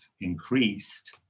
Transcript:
increased